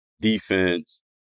defense